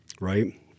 Right